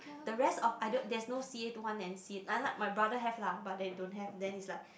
the rest of I don't there is not C_A two one then C_A unlike my brother have lah but they don't have then it's like